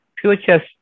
future